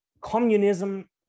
communism